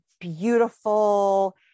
beautiful